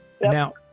Now